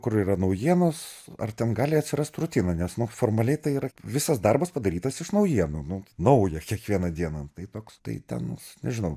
kur yra naujienos ar ten gali atsirast rutina nes formaliai tai yra visas darbas padarytas iš naujienų nu naują kiekvieną dieną tai toks tai ten nežinau